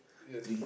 yes